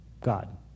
God